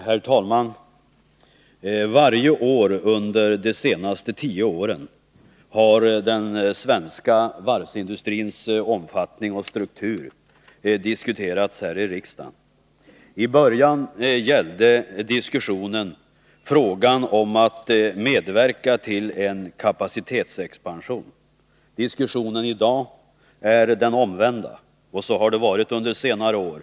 Herr talman! Varje år under de senaste tio åren har den svenska varvsindustrins omfattning och struktur diskuterats här i riksdagen. I början gällde diskussionen frågan om att medverka till en kapacitetsexpansion. Diskussionen i dag är den omvända, och så har det varit under senare år.